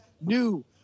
New